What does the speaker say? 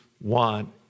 want